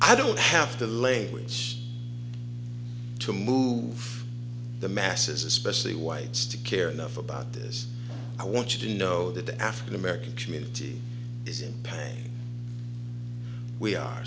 i don't have to lay which to move the masses especially whites to care enough about this i want you to know that the african american community in pain we are